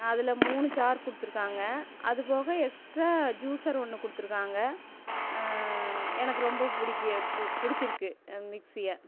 அதில் மூணு ஜார் கொடுத்துருக்காங்க அதுபோக எக்ஸ்ட்ரா ஜூஸர் ஒன்று கொடுத்துருக்காங்க எனக்கு ரொம்ப பிடிக்கு பிடிச்சிருக்கு மிக்ஸியை